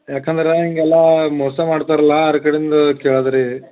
ಯಾಕಂದ್ರೆ ಹೀಗೆಲ್ಲಾ ಮೋಸ ಮಾಡ್ತಾರಲ್ಲ ಅರ್ ಕಡೆಂದು ಕೇಳದು ರೀ